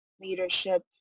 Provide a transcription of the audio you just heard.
leadership